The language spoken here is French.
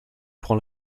prend